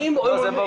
זה ברור.